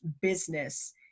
business